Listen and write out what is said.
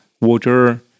water